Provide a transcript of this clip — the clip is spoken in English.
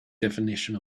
definition